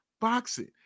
boxing